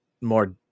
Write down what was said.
more